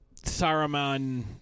Saruman